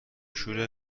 شوره